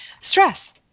stress